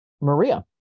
Maria